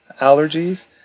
allergies